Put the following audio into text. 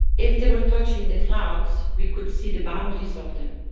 if they were touching the clouds we could see the boundaries of them.